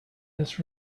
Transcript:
this